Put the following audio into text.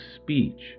speech